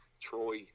troy